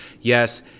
yes